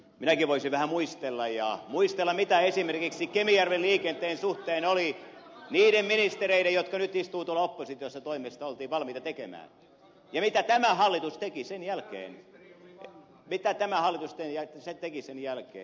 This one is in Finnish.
niin minäkin voisin vähän muistella mitä esimerkiksi kemijärven liikenteen suhteen niiden ministereiden jotka nyt istuvat tuolla oppositiossa toimesta oltiin valmiita tekemään ja mitä tämä hallitus teki sen jälkeen mitä tämä hallitus teki sen jälkeen